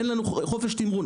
אין לנו חופש תמרון,